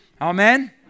Amen